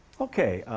okay.